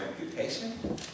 amputation